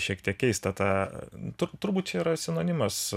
šiek tiek keista tą turbūt čia yra sinonimas